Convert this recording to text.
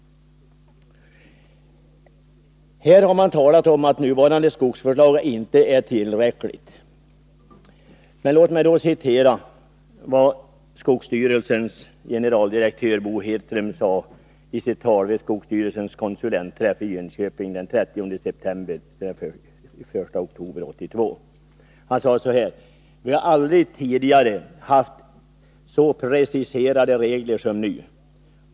Man har sagt att nuvarande skogsvårdslag inte är tillräcklig. Låt mig då citera vad skogsstyrelsens generaldirektör Bo Hedström sade i sitt tal vid skogsstyrelsens konsulentträff i Enköping den 30 september-1 oktober 1982: ”Vi har aldrig tidigare haft så preciserade regler som nu.